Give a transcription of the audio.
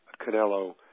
Canelo